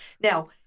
Now